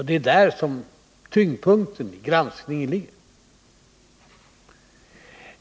Det är där tyngdpunkten i granskningen ligger.